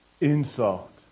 insult